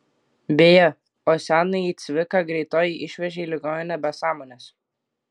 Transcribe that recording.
beje o senąjį cviką greitoji išvežė į ligoninę be sąmonės